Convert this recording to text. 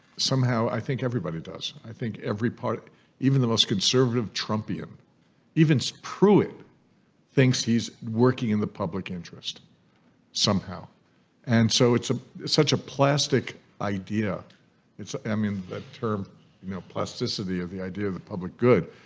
somehow i think everybody does i think every part even the most conservative trumpian even sprue it thinks he's working in the public interest somehow and so it's a such a plastic idea it's i mean that term you know plasticity of the idea that public good